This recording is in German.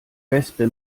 wespe